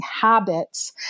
habits